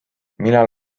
millal